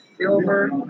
silver